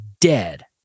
dead